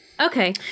Okay